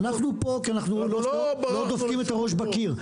אנחנו פה כי אנחנו לא דופקים את הראש בקיר.